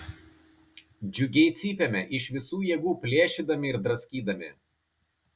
džiugiai cypėme iš visų jėgų plėšydami ir draskydami